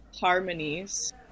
harmonies